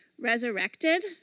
resurrected